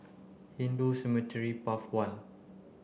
Hindu Cemetery Path one